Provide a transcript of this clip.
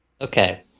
Okay